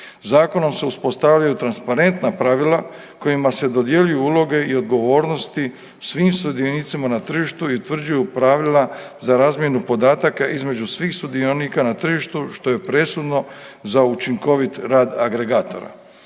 Zakonom se uspostavljaju transparentna pravila kojima se dodjeljuju uloge i odgovornosti svim sudionicima na tržištu i utvrđuju pravila za razmjenu podataka između svih sudionika na tržištu što je presudno za učinkovit rad agregatora.